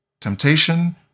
Temptation